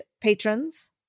patrons